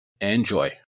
enjoy